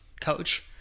coach